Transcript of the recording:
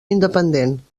independent